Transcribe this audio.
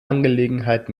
angelegenheit